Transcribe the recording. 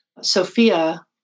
Sophia